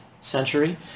century